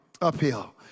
uphill